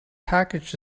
package